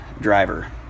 driver